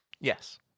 Yes